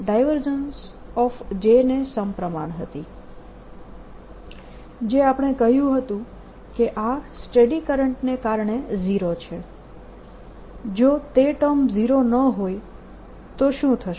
J ને સમપ્રમાણ હતી જે આપણે કહ્યું હતું કે આ સ્ટેડી કરંટને કારણે 0 છે જો તે ટર્મ 0 ન હોય તો શું થશે